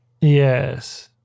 Yes